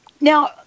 now